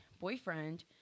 boyfriend